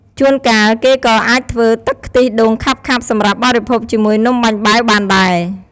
ជួនកាល គេក៏អាចធ្វើទឹកខ្ទិះដូងខាប់ៗសម្រាប់បរិភោគជាមួយនំបាញ់បែវបានដែរ។